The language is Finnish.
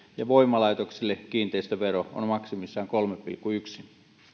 voimalaitoksille kiinteistövero on maksimissaan kolme pilkku yksi